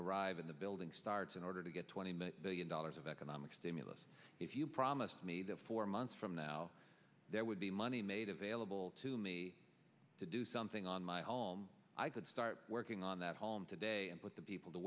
arrive in the building starts in order to get twenty billion dollars of economic stimulus if you promised me the four months from now there would be money made available to me to do something on my home i could start working on that home today with the people to